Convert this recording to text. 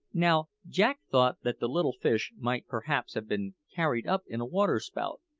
now, jack thought that the little fish might perhaps have been carried up in a waterspout,